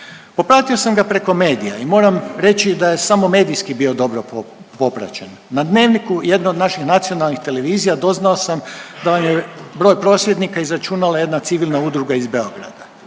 Popratio sam ga preko medija i moram reći da je samo medijski bio dobro popraćen. Na Dnevniku jedne od naših nacionalnih televizija doznao sam da vam je broj prosvjednika izračunala jedna civilna udruga iz Beograda.